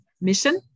mission